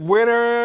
Winner